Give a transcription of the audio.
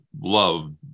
love